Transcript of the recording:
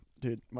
Dude